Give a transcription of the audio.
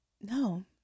No